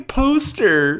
poster